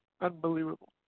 Unbelievable